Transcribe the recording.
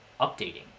updating